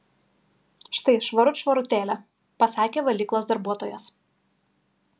štai švarut švarutėlė pasakė valyklos darbuotojas